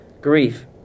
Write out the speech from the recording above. Grief